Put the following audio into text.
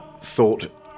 thought